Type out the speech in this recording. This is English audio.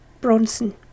Bronson